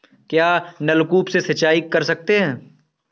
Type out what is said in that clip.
क्या नलकूप से सिंचाई कर सकते हैं?